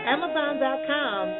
Amazon.com